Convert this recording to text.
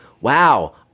wow